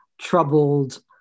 troubled